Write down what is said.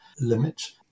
limits